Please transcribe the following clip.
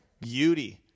Beauty